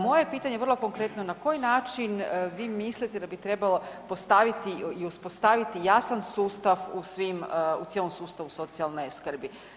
Moje pitanje je vrlo konkretno, na koji način vi mislite da bi trebalo postaviti i uspostaviti jasan sustav u svim, u cijelom sustavu socijalne skrbi.